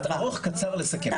משפט ארוך קצר לסכם.